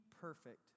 perfect